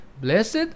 Blessed